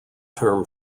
term